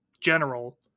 general